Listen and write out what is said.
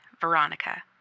Veronica